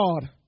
God